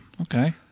Okay